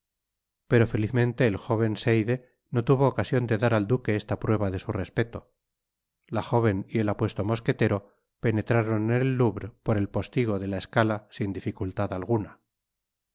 pero felizmente el jóven seide no tuvo ocasion de dar al duque esta prueba de su respeto la jóven y el apuesto mosquetero penetraron en el louvre por el postigo de la escala sin dificultad alguna